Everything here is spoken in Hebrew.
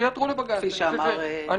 הם יכולים לעתור לבג"צ, כפי שאמר היועץ המשפטי.